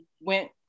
went